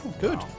Good